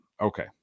Okay